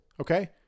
Okay